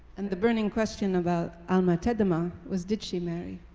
and the burning question about alma-tadema was did she marry?